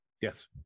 Yes